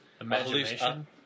Imagination